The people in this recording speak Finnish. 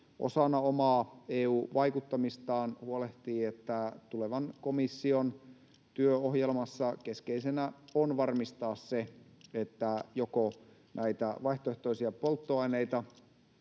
osana omaa EU-vaikuttamistaan huolehtii, että tulevan komission työohjelmassa keskeisenä on varmistaa se, että joko näitä vaihtoehtoisia polttoaineita